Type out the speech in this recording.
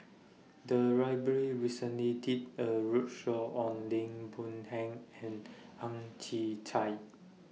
The Library recently did A roadshow on Lim Boon Heng and Ang Chwee Chai